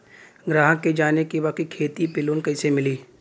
ग्राहक के जाने के बा की खेती पे लोन कैसे मीली?